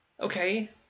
Okay